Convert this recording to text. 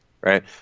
right